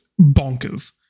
bonkers